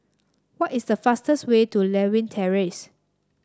what is the fastest way to Lewin Terrace